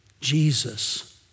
Jesus